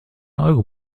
euro